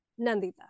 Nandita